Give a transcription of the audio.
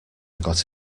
got